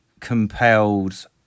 compelled